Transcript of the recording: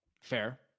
Fair